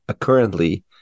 currently